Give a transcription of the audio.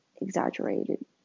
exaggerated